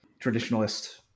traditionalist